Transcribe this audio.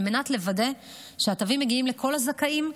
על מנת לוודא שהתווים מגיעים לכל הזכאים,